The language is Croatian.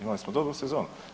Imali smo dobru sezonu.